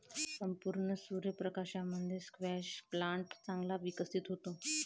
संपूर्ण सूर्य प्रकाशामध्ये स्क्वॅश प्लांट चांगला विकसित होतो